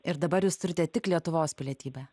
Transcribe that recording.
ir dabar jūs turite tik lietuvos pilietybę